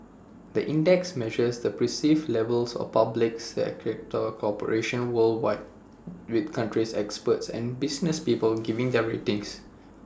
the index measures the perceived levels of public sector corruption worldwide with country experts and business people giving their ratings